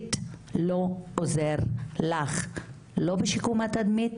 הבין-משרדית לא עוזר לך, לא בשיקום התדמית